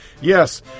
Yes